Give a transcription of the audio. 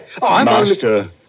Master